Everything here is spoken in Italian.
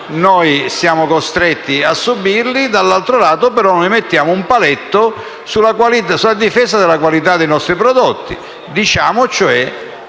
noi siamo costretti a subirli; dall'altro, però, noi mettiamo un paletto sulla difesa della qualità dei nostri prodotti. Pertanto,